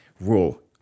rule